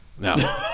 No